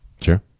Sure